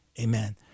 amen